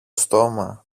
στόμα